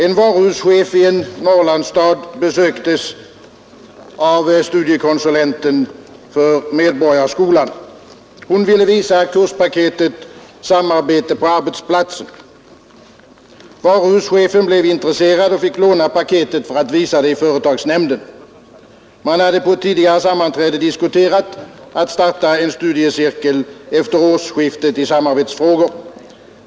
En varuhuschef i en Norrlandsstad besöktes av studiekonsulenten för Medborgarskolan. Han ville visa kurspaketet ”Samarbete på arbetsplatsen”. Varuhuschefen blev intresserad och fick låna paketet för att visa det i företagsnämnden. Man hade på ett tidigare sammanträde diskuterat att efter årsskiftet starta en studiecirkel i samarbetsfrågor.